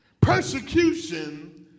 persecution